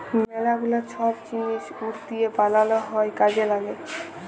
ম্যালা গুলা ছব জিলিস উড দিঁয়ে বালাল হ্যয় কাজে ল্যাগে